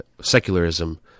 secularism